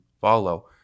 follow